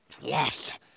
Yes